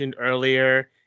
earlier